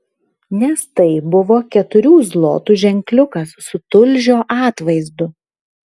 nes tai buvo keturių zlotų ženkliukas su tulžio atvaizdu